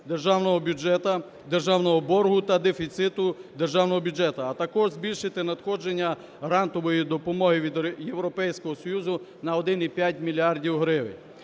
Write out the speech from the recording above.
державного бюджету, державного боргу та дефіциту державного бюджету, а також збільшити надходження грантової допомоги від Європейського Союзу на 1,5 мільярда